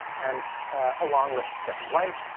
and along with jeffrey light,